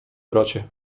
bracie